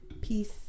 peace